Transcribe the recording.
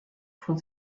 von